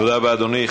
תודה רבה, אדוני.